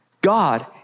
God